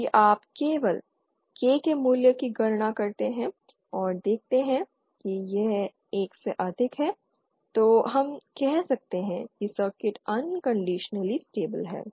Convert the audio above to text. यदि आप केवल K के मूल्य की गणना करते हैं और देखते हैं कि यह 1 से अधिक है तो हम कह सकते हैं कि सर्किट अनकंडिशनली स्टेबल है